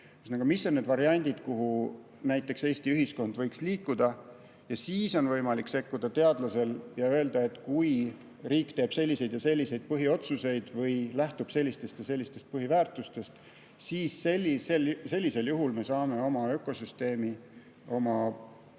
visioonid, variandid, kuhu näiteks Eesti ühiskond võiks liikuda, siis on teadlasel võimalik sekkuda ja öelda, et kui riik teeb selliseid ja selliseid põhiotsuseid või lähtub sellistest ja sellistest põhiväärtustest. Sellisel juhul me saame oma ökosüsteemi, oma